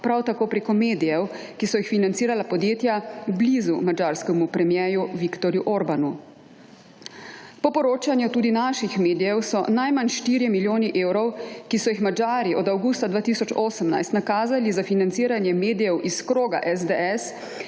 prav tako preko medijev, ki so jih financirala podjetja blizu madžarskemu premierju Viktorju Orbánu. Po poročanju tudi naših medijev, so najmanj 4 milijoni evrov, ki so jih Madžari od avgusta 2018 nakazali za financiranje medijev iz kroga SDS